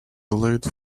late